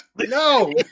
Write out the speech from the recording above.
No